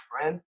friend